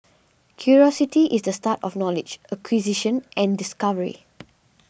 curiosity is the start of knowledge acquisition and discovery